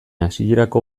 hasierako